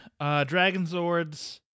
Dragonzords